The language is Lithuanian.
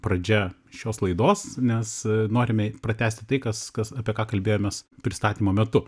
pradžia šios laidos nes norime pratęsti tai kas kas apie ką kalbėjomės pristatymo metu